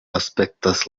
aspektas